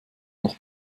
noch